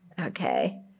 okay